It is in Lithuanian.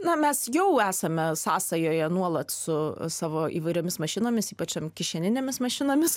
na mes jau esame sąsajoje nuolat su savo įvairiomis mašinomis ypač kišeninėmis mašinomis